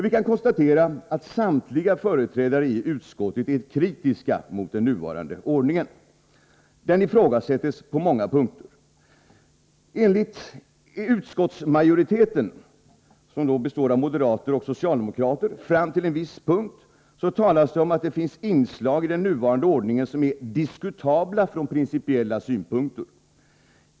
Vi kan konstatera att samtliga företrädare i utskottet är kritiska mot den nuvarande ordningen. Den ifrågasätts på många punkter. Utskottsmajoriteten, som då består av moderater och socialdemokrater fram till en viss punkt, talar om att det finns inslag i den nuvarande ordningen som är diskutabla från principiella synpunkter.